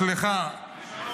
צחי הנגבי עבר לקדימה.